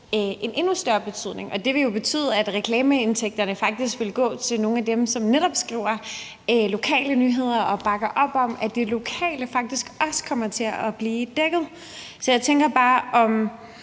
en endnu større betydning, og det vil jo betyde, at reklameindtægterne faktisk vil gå til nogle af dem, som netop skriver lokale nyder og bakker op om, at det lokale faktisk også kommer til at blive dækket. Så jeg tænker bare, om